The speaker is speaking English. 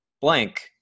blank